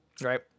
right